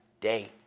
day